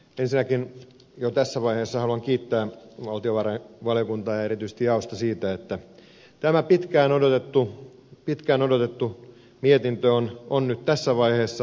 ensinnäkin jo tässä vaiheessa haluan kiittää valtiovarainvaliokuntaa ja erityisesti jaosta siitä että tämä pitkään odotettu mietintö on nyt tässä vaiheessa